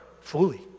fully